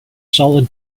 solid